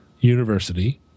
University